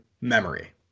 memory